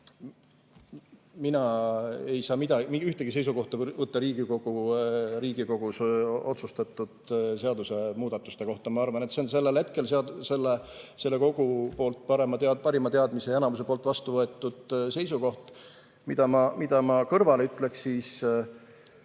Mina ei saa ühtegi seisukohta võtta Riigikogus otsustatud seadusemuudatuste kohta. Ma arvan, et see on sellel hetkel selle kogu poolt parima teadmise ja enamuse poolt vastu võetud seisukoht. Mida ma kõrvale ütleksin,